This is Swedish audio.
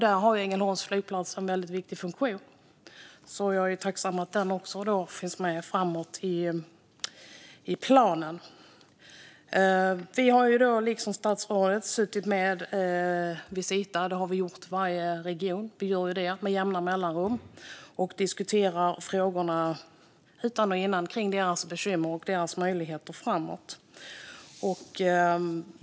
Där har Ängelholms flygplats en väldigt viktig funktion, så jag är tacksam för att den finns med i planen framöver. Vi har, liksom statsrådet, suttit ned med Visita. Varje region gör detta med jämna mellanrum och diskuterar frågor om deras bekymmer och möjligheter framöver.